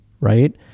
right